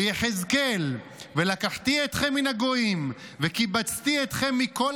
ביחזקאל: "ולקחתי אתכם מן הגויִם וקִבצתי אתכם מכל